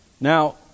Now